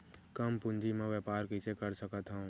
कम पूंजी म व्यापार कइसे कर सकत हव?